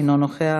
אינו נוכח.